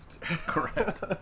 Correct